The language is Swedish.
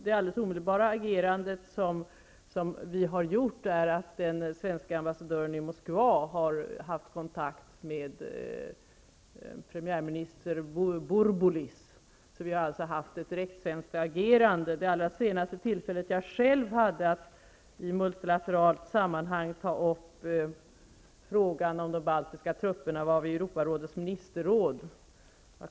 Det alldeles omedelbara svenska agerandet är att den svenska ambassadören i Moskva har haft kontakt med premiärminister Burbulis. Vi har alltså haft ett direkt svenskt agerande. Det allra senaste tillfället jag själv hade att i multilateralt sammanhang ta upp frågan om de baltiska trupperna var vid Europarådets ministerråd.